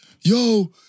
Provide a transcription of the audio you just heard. yo